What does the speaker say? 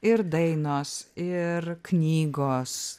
ir dainos ir knygos